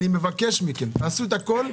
אני מבקש מכם, תעשו הכול,